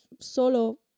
solo